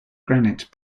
granite